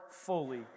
fully